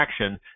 action